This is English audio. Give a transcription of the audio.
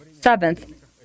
Seventh